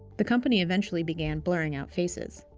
the company eventually began blurring out faces.